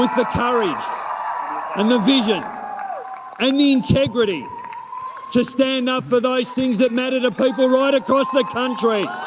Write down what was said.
the courage and the vision and the integrity to stand up for those things that matter to people right across the country.